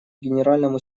генеральному